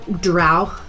drow